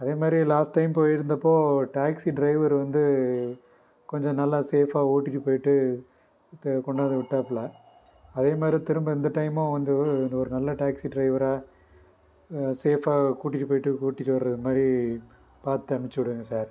அதே மாதிரி last time போயிருந்தப்போ டாக்ஸி டிரைவர் வந்து கொஞ்சம் நல்ல சேஃப்பாக ஓட்டிட்டு போயிட்டு து கொண்டாந்து விட்டாப்புல அதே மாதிரி திரும்ப இந்த டைமும் வந்து ஒரு நல்ல டாக்ஸி டிரைவராக சேஃபாக கூட்டிட்டு போயிட்டு கூட்டிட்டு வரது மாதிரி பார்த்து அம்ச்சு விடுங்க சார்